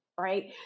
right